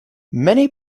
many